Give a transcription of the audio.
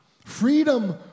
freedom